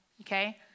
Okay